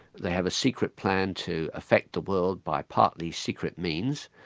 they have a secret plan to affect the world by partly secret means,